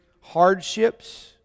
hardships